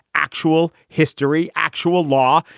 actual history, actual law.